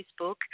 Facebook